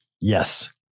Yes